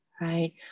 right